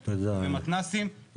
במתנ"סים.